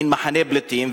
מין מחנה פליטים,